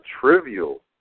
trivial